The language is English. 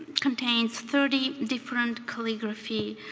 contains thirty different calligraphy